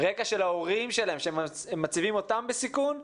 רקע של ההורים שלהם, שהם מציבים אותם בסיכון,